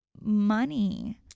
money